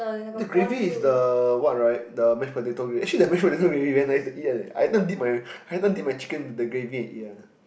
the gravy is the what right the mash potato gravy actually the mash potato gravy very nice to eat one leh I every time dip my I every time dip my chicken with the gravy and eat one leh